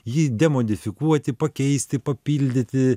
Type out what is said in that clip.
jį demodifikuoti pakeisti papildyti